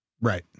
Right